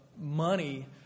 money